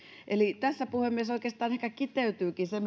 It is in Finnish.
eli tässä puhemies oikeastaan ehkä kiteytyykin se